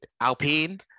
Alpine